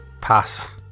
pass